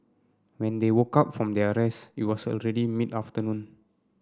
when they woke up from their rests it was already mid afternoon